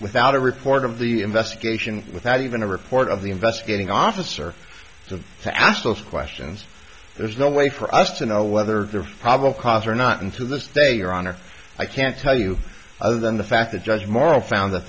without a report of the investigation without even a report of the investigating officer to ask those questions there's no way for us to know whether the probable cause or not and to this day your honor i can't tell you other than the fact that just moral found that